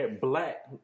black